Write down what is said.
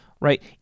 right